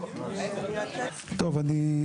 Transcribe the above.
עליה.